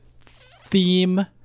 theme